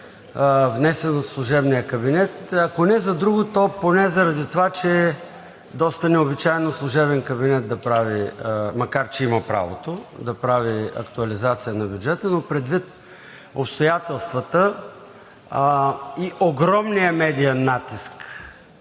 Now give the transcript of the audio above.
внесен от служебния кабинет, ако не за друго, то поне заради това, че доста необичайно е служебен кабинет – макар че има правото, да прави актуализация на бюджета, но предвид обстоятелствата и огромния медиен натиск,